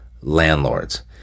landlords